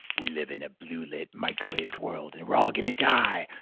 we live in a blue-lit microwaved world and we're all going to die.